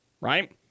right